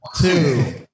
two